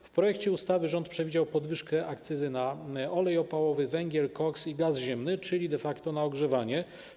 W projekcie ustawy rząd przewidział podwyżkę akcyzy na olej opałowy, węgiel, koks i gaz ziemny, czyli de facto na ogrzewanie.